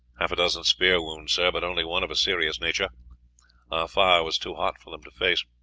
half a dozen spear wounds, sir, but only one of a serious nature our fire was too hot for them to face.